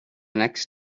next